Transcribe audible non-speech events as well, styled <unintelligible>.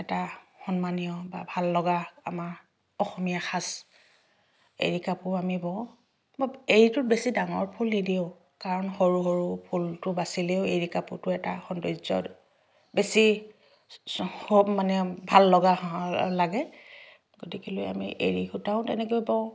এটা সন্মানীয় বা ভাল লগা আমাৰ অসমীয়া সাজ এৰী কাপোৰ আমি বওঁ <unintelligible> এৰীটোত বেছি ডাঙৰ ফুল নিদিওঁ কাৰণ সৰু সৰু ফুলটো বাছিলেও এৰী কাপোৰটো এটা সৌন্দৰ্যৰ বেছি <unintelligible> মানে ভাল লগা <unintelligible> লাগে গতিকে লৈ আমি এৰী সূতাও তেনেকৈ বওঁ